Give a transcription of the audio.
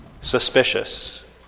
suspicious